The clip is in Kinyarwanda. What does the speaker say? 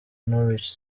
norwich